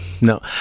no